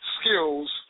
skills